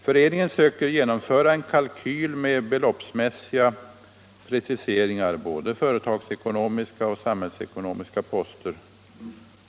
Föreningen har sökt utföra en kalkyl med beloppsmässiga preciseringar av både företagsekonomiska och samhällsekonomiska poster.